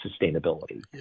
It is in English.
sustainability